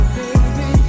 baby